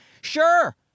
Sure